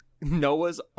Noah's